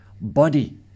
body